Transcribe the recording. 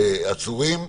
פעמיים,